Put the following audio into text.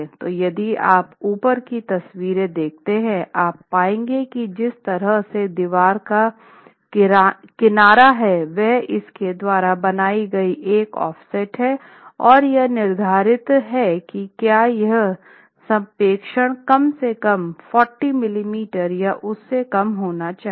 तो यदि आप ऊपर की तस्वीर देखते हैं आप पाएंगे की जिस तरह से दीवार का किनारा है वह इसके द्वारा बनाई गई एक ऑफसेट है और यह निर्धारित है कि यह प्रक्षेपण कम से कम 40 मिमी या उससे कम होना चाहिए